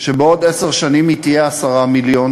שבעוד עשר שנים היא תהיה של 10 מיליון